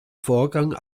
vorgang